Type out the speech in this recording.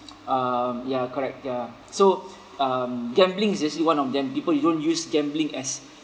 um ya correct ya so um gambling's actually one of them people who don't use gambling as